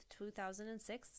2006